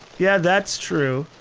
yeah, that's true.